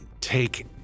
take